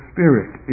Spirit